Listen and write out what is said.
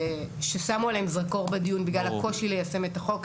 ששמו עליהם זרקור בדיון בגלל הקושי ליישם את החוק.